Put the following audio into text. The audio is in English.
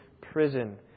prison